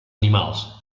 animals